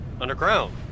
underground